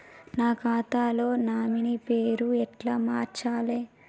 నా ఖాతా లో నామినీ పేరు ఎట్ల మార్చాలే?